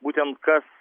būtent kas